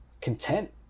content